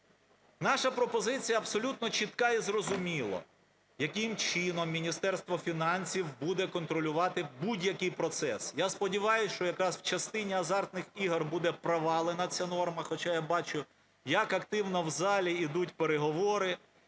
Наша пропозиція абсолютно чітка і зрозуміла, яким чином Міністерство фінансів буде контролювати будь-який процес. Я сподіваюсь, що якраз в частині азартних ігор буде провалена ця норма, хоча я бачу, як активно в залі йдуть переговори